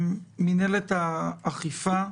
מנהלת האכיפה.